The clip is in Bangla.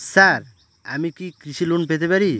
স্যার আমি কি কৃষি লোন পেতে পারি?